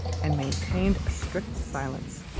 and maintained a strict silence.